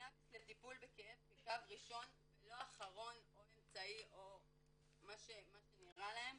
קנאביס לטיפול בכאב כקו ראשון או אחרון או אמצעי או מה שנראה להם